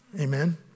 Amen